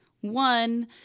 one